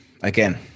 Again